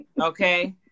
okay